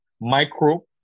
micro